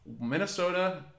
Minnesota